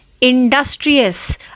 Industrious